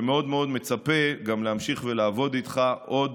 ומאוד מאוד מצפה להמשיך ולעבוד איתך עוד